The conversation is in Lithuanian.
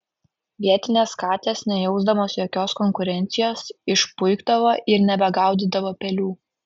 vietinės katės nejausdamos jokios konkurencijos išpuikdavo ir nebegaudydavo pelių